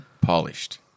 polished